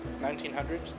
1900s